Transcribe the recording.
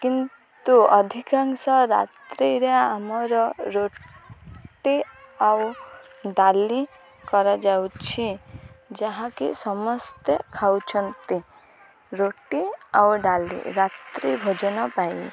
କିନ୍ତୁ ଅଧିକାଂଶ ରାତ୍ରିରେ ଆମର ରୁଟି ଆଉ ଡାଲି କରାଯାଉଛି ଯାହାକି ସମସ୍ତେ ଖାଉଛନ୍ତି ରୁଟି ଆଉ ଡାଲି ରାତ୍ରି ଭୋଜନ ପାଇଁ